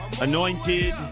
anointed